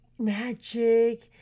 Magic